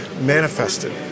manifested